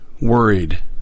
worried